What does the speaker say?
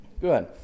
Good